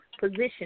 position